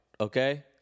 Okay